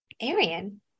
Arian